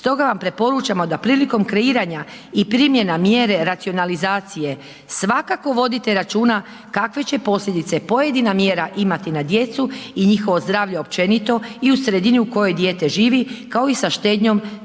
stoga vam preporučavamo da prilikom kreiranja i primjene mjere racionalizacije, svakako vodite računa kakve će posljedice pojedina mjera imati na djecu i njihovo zdravlje općenito i u sredini u kojoj dijete živi kao i sa štednjom da ne